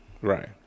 Right